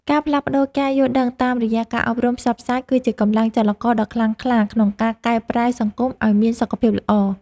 ការផ្លាស់ប្តូរការយល់ដឹងតាមរយៈការអប់រំផ្សព្វផ្សាយ គឺជាកម្លាំងចលករដ៏ខ្លាំងក្លាក្នុងការកែប្រែសង្គមឱ្យមានសុខភាពល្អ។